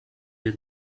you